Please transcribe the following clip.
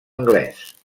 anglès